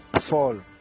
fall